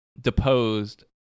deposed